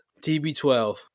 TB12